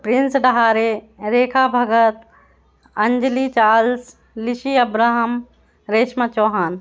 Prince Dahare Rekha Bhagat Anjali Charles Lishi Abraham Reshma Chauhan